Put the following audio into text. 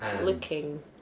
looking